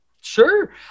sure